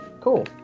Cool